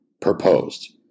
proposed